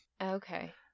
okay